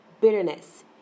bitterness